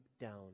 down